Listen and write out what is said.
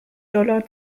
dollar